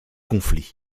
conflit